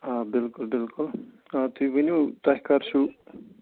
آ بِلکُل بِلکُل آ تُہۍ ؤنِو توہہِ کَر چھُو